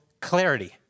clarity